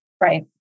Right